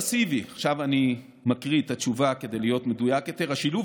עכשיו אני מקריא את התשובה כדי להיות מדויק יותר: השילוב